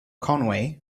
conway